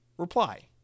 reply